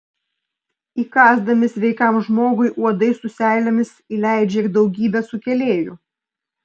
įkąsdami sveikam žmogui uodai su seilėmis įleidžia ir daugybę sukėlėjų